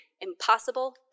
impossible